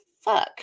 Fuck